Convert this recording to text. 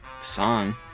song